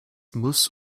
muss